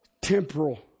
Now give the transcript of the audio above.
temporal